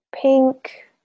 pink